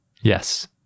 yes